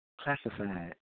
classified